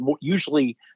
usually